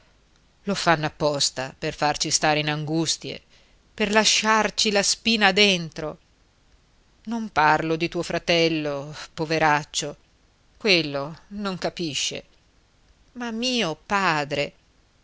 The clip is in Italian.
lo fanno apposta per farci stare in angustie per lasciarci la spina dentro non parlo di tuo fratello poveraccio quello non capisce ma mio padre